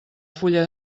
fulla